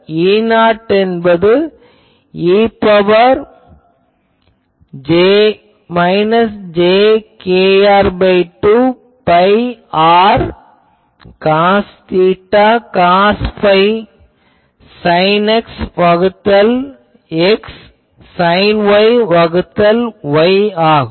E0 e இன் power j kr2 pi r cos தீட்டா cos phi sine X வகுத்தல் X sine Y வகுத்தல் Y ஆகும்